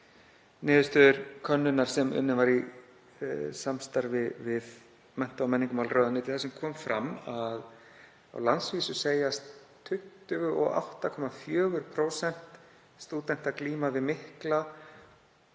niðurstöður könnunar sem unnin var í samstarfi við mennta- og menningarmálaráðuneytið þar sem kom fram að á landsvísu segjast 28,4% stúdenta glíma við mikla